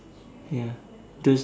ya those